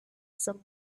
some